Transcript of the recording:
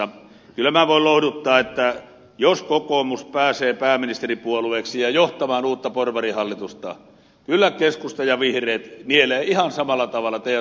kyllä minä voin lohduttaa että jos kokoomus pääsee pääministeripuolueeksi ja johtamaan uutta porvarihallitusta kyllä keskusta ja vihreät nielevät ihan samalla tavalla teidän tasaverolinjauksenne